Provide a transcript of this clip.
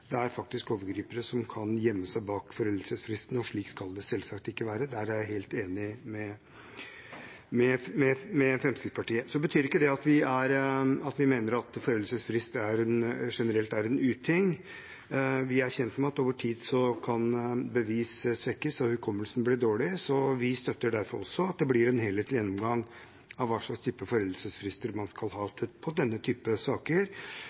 Det er faktisk overgripere som kan gjemme seg bak foreldelsesfristen, og slik skal det selvsagt ikke være. Der er jeg helt enig med Fremskrittspartiet. Det betyr ikke at vi mener at foreldelsesfrist generelt er en uting. Vi er kjent med at bevis kan svekkes og hukommelsen bli dårlig over tid, så vi støtter derfor også at det blir en helhetlig gjennomgang av hva slags type foreldelsesfrister man skal ha for denne typen saker.